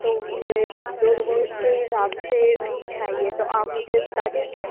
तो मुझे दो लोगों के हिसाब से रूम चाहिए तो आप मुझे बता देंगे